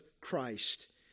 Christ